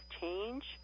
change